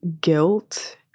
guilt